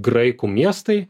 graikų miestai